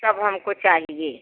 सब हमको चाहिए